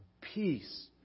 peace